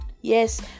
Yes